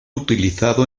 utilizado